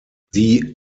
die